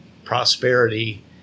prosperity